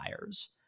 buyers